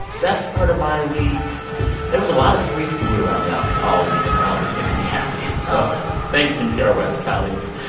best part of my week there was a lot of free food around the office all week, and that always makes me happy so. solid thanks, npr west colleagues.